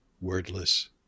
wordless